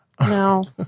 No